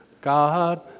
God